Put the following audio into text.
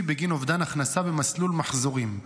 בגין אובדן הכנסה במסלול "מחזורים".